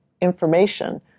information